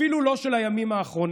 אפילו לא של הימים האחרונים.